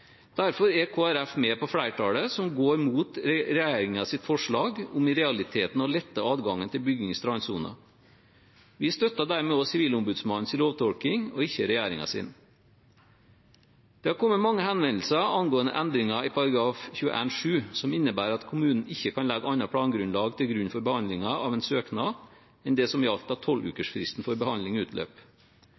Derfor er Kristelig Folkeparti med i flertallet som går imot regjeringens forslag om i realiteten å lette adgangen til bygging i strandsonen. Vi støtter dermed også Sivilombudsmannens lovtolkning, ikke regjeringens. Det har kommet mange henvendelser angående endringer i § 21-7, som innebærer at kommunen ikke kan legge annet plangrunnlag til grunn for behandlingen av en søknad enn det som gjaldt da 12-ukersfristen for behandling utløp.